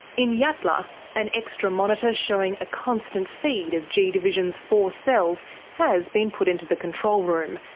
in yatala, an extra monitor showing a constant feed of g division's four cells has been put into the control room,